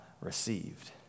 received